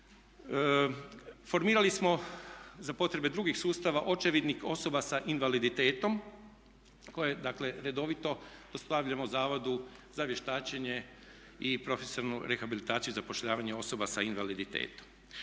Formirali smo za potrebe drugih sustava očevidnik osoba sa invaliditetom koje dakle redovito dostavljamo Zavoda za vještačenje i profesionalnu rehabilitaciju i zapošljavanje osoba s invaliditetom.